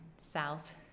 south